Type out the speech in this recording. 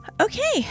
Okay